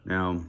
Now